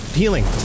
healing